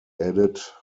added